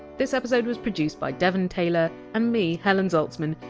this episode was produced by devon taylor and me, helen zaltzman,